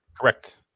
correct